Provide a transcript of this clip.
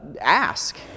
ask